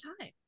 time